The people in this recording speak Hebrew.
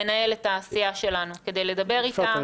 למנהלת הסיעה שלנו כדי לדבר איתה,